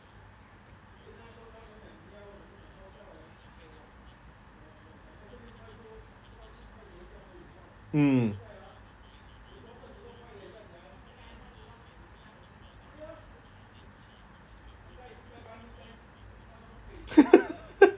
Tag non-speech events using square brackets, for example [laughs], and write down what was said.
mm [laughs]